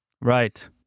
right